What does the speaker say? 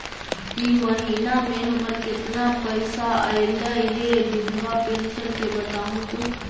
इ महिना मे हमर केतना पैसा ऐले हे बिधबा पेंसन के बताहु तो?